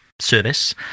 service